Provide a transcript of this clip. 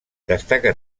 destaca